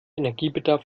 energiebedarf